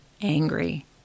angry